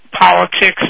politics